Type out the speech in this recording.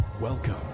Welcome